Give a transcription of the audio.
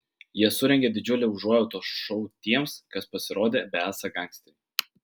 jie surengė didžiulį užuojautos šou tiems kas pasirodė besą gangsteriai